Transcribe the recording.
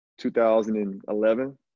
2011